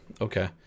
okay